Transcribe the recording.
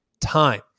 time